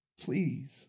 Please